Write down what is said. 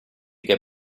che